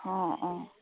অঁ অঁ